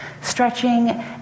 stretching